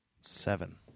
Seven